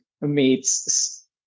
meets